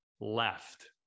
left